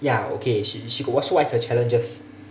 ya okay she she got so what is her challenges